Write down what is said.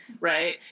right